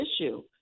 issue